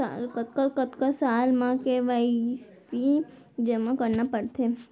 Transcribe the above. कतका कतका साल म के के.वाई.सी जेमा करना पड़थे?